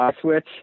switch